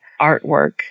artwork